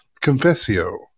Confessio